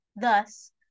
thus